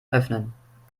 öffnen